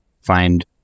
find